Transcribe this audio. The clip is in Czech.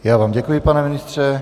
Já vám děkuji, pane ministře.